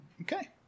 Okay